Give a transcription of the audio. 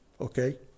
okay